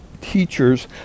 teachers